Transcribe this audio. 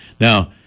Now